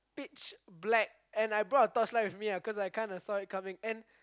pitch black and I bought a torchlight we me lah cause I kinda saw it coming